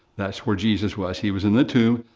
that's where jesus was. he was in the tomb,